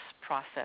process